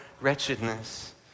wretchedness